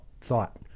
thought